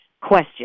question